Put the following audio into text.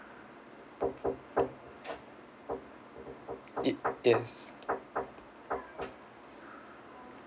it yes